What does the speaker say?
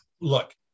look